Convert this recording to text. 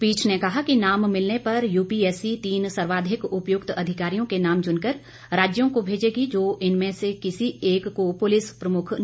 पीठ ने कहा कि नाम मिलने पर यूपीएससी तीन सर्वाधिक उपयुक्त अधिकारियों के नाम चुनकर राज्यों को भेजेगी जो इनमें किसी एक को पुलिस प्रमुख नियुक्त कर सकेगा